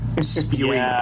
Spewing